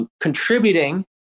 contributing